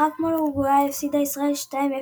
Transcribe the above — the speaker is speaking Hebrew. במשחק מול אורוגוואי הפסידה ישראל 0 - 2,